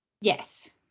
Yes